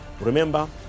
Remember